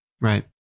Right